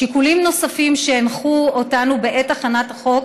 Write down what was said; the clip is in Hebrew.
שיקולים נוספים שהנחו אותנו בעת הכנת החוק